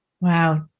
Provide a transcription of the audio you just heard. Wow